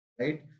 right